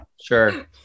sure